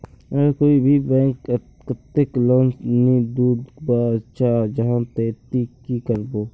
अगर कोई भी बैंक कतेक लोन नी दूध बा चाँ जाहा ते ती की करबो?